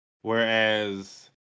whereas